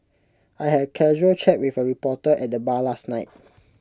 I had casual chat with A reporter at the bar last night